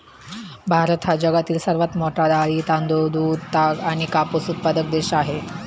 भारत हा जगातील सर्वात मोठा डाळी, तांदूळ, दूध, ताग आणि कापूस उत्पादक देश आहे